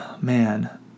man